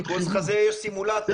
לניקוז חזה יש סימולטור.